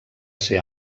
ser